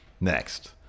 Next